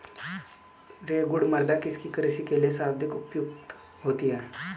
रेगुड़ मृदा किसकी कृषि के लिए सर्वाधिक उपयुक्त होती है?